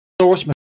source